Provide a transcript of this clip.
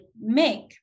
make